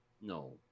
No